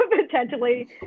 potentially